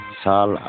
sal